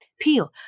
peel